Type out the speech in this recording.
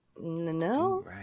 No